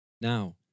Now